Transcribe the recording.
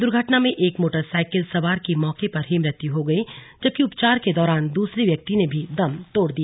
दुर्घटना में एक मोटर साइकिल सवार की मौके पर ही मुत्य हो गई जबकि उपचार के दौरान दूसरे व्यक्ति ने भी दम तोड़ दिया